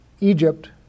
Egypt